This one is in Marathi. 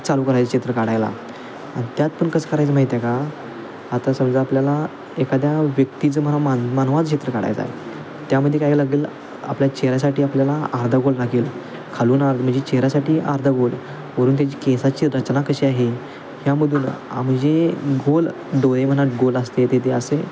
चालू करायचं चित्र काढायला आणि त्यात पण कसं करायचं माहीत आहे का आता समजा आपल्याला एखाद्या व्यक्तीचं म्हणा मान मानवाचं चित्र काढायचा आहे त्यामध्ये काय लागेल आपल्या चेहऱ्यासाठी आपल्याला अर्धा गोल लागेल खालून आर् म्हणजे चेहऱ्यासाठी अर्धा गोल वरून त्याची केसाची रचना कशी आहे ह्यामधून आम्ही जे गोल डोळे म्हणा गोल असते ते ते असे